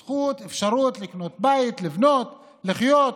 זכות, אפשרות, לקנות בית, לבנות, לחיות.